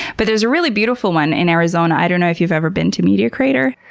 but there's a really beautiful one in arizona, i don't know if you've ever been to meteor crater?